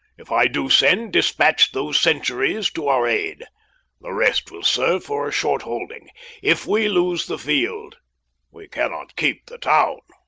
if i do send, despatch those centuries to our aid the rest will serve for a short holding if we lose the field we cannot keep the town.